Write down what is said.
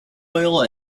oil